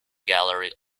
gallery